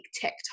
TikTok